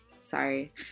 sorry